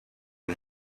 and